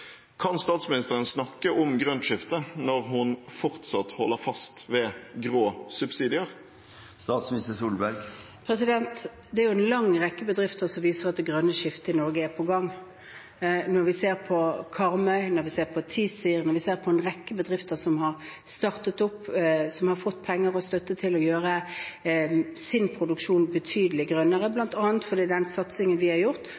Kan statsministeren snakke om grønt skifte når hun fortsatt holder fast ved grå subsidier? Det er en lang rekke bedrifter som viser at det grønne skiftet i Norge er på gang, når vi ser på Karmøy, når vi ser på Tizir, når vi ser på en rekke bedrifter som har startet opp, som har fått penger og støtte til å gjøre sin produksjon betydelig grønnere, bl.a. på grunn av den satsingen vi har